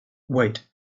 wait